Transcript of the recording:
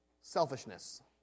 selfishness